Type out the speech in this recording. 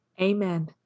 Amen